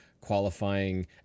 qualifying